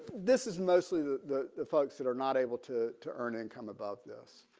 this is mostly the the folks that are not able to to earn income above this.